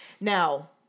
Now